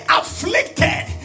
afflicted